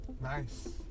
Nice